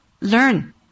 learn